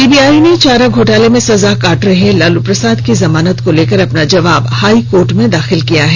CBI ने चारा घोटाले में सजा काट रहे लालू प्रसाद की जमानत को लेकर अपना जवाब हाई कोर्ट में दाखिल कर दिया है